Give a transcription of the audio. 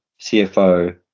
CFO